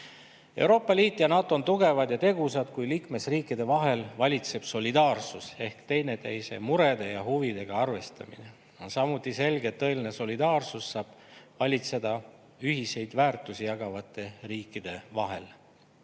Euroopa Liit ja NATO on tugevad ja tegusad, kui liikmesriikide vahel valitseb solidaarsus ehk teineteise murede ja huvidega arvestamine. On samuti selge, et tõeline solidaarsus saab valitseda ühiseid väärtusi jagavate riikide vahel.